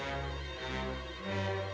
yeah yeah